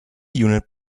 unit